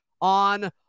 on